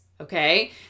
Okay